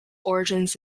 origins